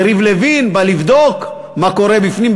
יריב לוין בא לבדוק מה קורה בפנים,